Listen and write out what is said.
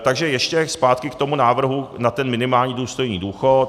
Takže ještě zpátky k tomu návrhu na ten minimální důstojný důchod.